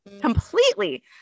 completely